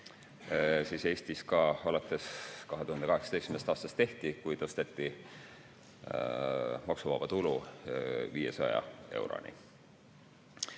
Seda Eestis ka alates 2018. aastast tehti, kui tõsteti maksuvaba tulu 500 euroni.